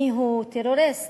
מיהו טרוריסט,